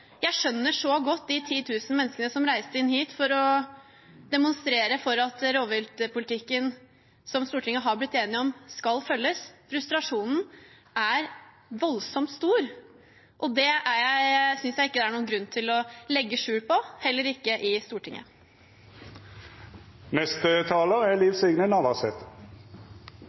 jeg skjønner så godt de 10 000 menneskene som reiste inn hit for å demonstrere for at rovviltpolitikken som Stortinget er blitt enig om, skal følges. Frustrasjonen er voldsomt stor, og det synes jeg ikke det er noen grunn til å legge skjul på – heller ikke i Stortinget. Det er